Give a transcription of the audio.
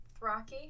Throcky